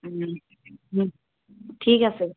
ঠিক আছে